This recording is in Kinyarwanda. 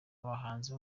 abahanzi